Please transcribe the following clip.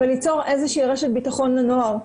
וליצור איזו שהיא רשת בטחון לנוער.